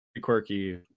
quirky